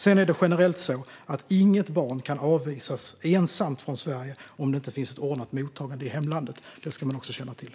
Sedan är det generellt så att inget barn kan avvisas ensamt från Sverige om det inte finns ett ordnat mottagande i hemlandet. Det ska man också känna till.